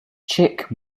chick